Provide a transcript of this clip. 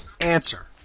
answer